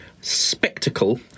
spectacle